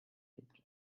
lebt